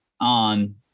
on